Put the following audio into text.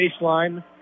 baseline